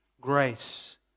grace